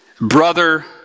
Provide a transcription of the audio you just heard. Brother